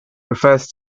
refers